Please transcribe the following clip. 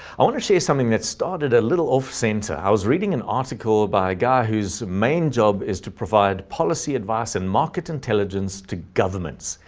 i want to share something that started a little off center, i was reading an article ah by a guy whose main job is to provide policy advice and market intelligence to governments.